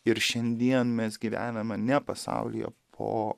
ir šiandien mes gyvename ne pasaulyje po